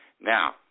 Now